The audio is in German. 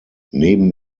neben